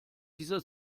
dieser